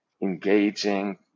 engaging